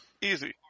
Easy